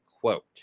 quote